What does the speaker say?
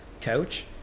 coach